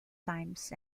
times